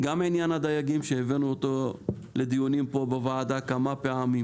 גם עניין הדייגים שהבאנו לדיונים בוועדה כמה פעמים